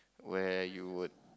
where you would